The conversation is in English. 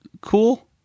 cool